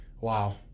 wow